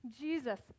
Jesus